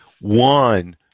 One